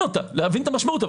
להבין את המשמעות,